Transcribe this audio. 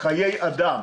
חיי אדם